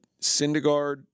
Syndergaard